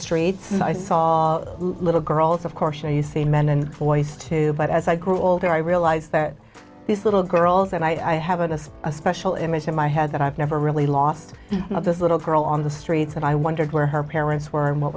street and i saw little girls of course and you see men and boys too but as i grew older i realized that these little girls and i have a nice special image in my head that i've never really lost of this little girl on the streets and i wondered where her parents were and what